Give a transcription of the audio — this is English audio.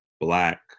Black